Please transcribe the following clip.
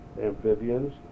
amphibians